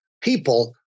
people